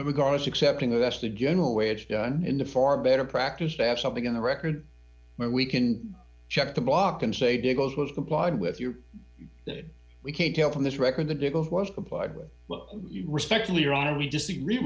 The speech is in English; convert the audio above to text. regardless accepting that's the general way it's done in the far better practice to have something in the record where we can check the block and say goes complied with you that we can't tell from this record the date of was complied with respectfully your honor we disagree